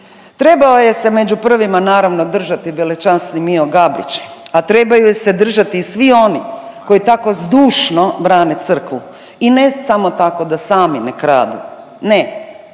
Trebao je se među prvima naravno držati velečasni Mijo Gabrić, a trebaju je se držati i svi oni koji tako zdušno brane crkvu. I ne samo tako da sami ne kradu, ne,